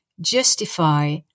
justify